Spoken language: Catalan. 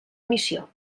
missió